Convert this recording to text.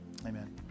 Amen